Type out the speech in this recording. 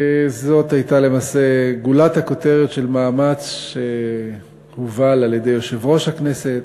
זאת הייתה למעשה גולת הכותרת של מאמץ שהובל על-ידי יושב-ראש הכנסת,